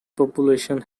population